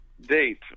date